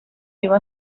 iba